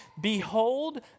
Behold